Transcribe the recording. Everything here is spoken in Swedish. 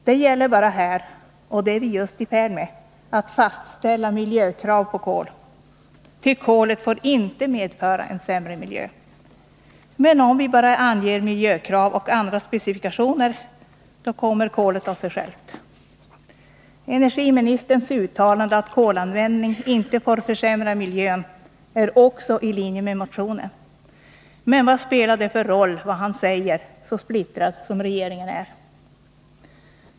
Det gäller bara här och det är vi just i färd med, att fastställa miljökrav på kol. Ty kolet får inte medföra en sämre miljö. Men om vi bara anger miljökrav och andra specifikationer, då kommer kolet av sig självt.” Energiministerns uttalande, att kolanvändning inte får försämra miljön, ligger också i linje med motionen. Men vad spelar det för roll vad han säger, så splittrad som regeringen är.